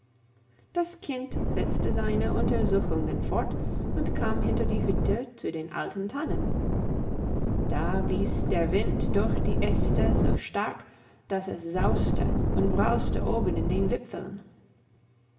das kind setzte seine untersuchungen fort und kam hinter die hütte zu den alten tannen da blies der wind durch die äste so stark dass es sauste und brauste oben in den wipfeln